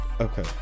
okay